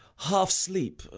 half sleep,